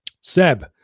Seb